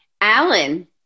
alan